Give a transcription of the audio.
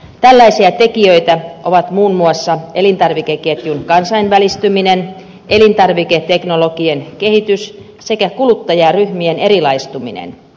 tällaisia tekijöitä ovat muun muassa elintarvikeketjun kansainvälistyminen elintarviketeknologian kehitys sekä kuluttajaryhmien erilaistuminen